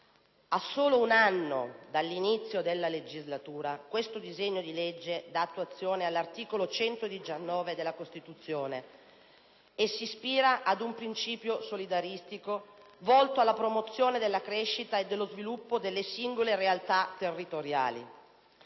A solo un anno dall'inizio della legislatura questo disegno di legge dà attuazione all'articolo 119 della Costituzione e si ispira ad un principio solidaristico, volto alla promozione della crescita e dello sviluppo delle singole realtà territoriali.